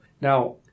Now